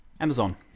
Amazon